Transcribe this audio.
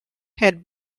had